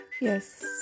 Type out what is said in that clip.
yes